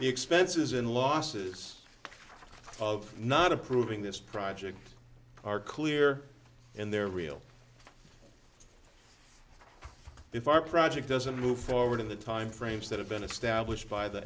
he expenses and losses of not approving this project are clear in their real if our project doesn't move forward in the time frames that have been established by the